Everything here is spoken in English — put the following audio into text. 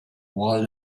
while